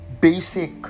Basic